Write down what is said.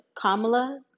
Kamala